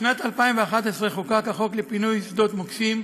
בשנת 2011 חוקק החוק לפינוי שדות מוקשים,